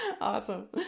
Awesome